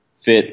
fit